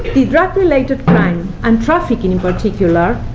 the drug-related crime, and trafficking in particular,